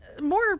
more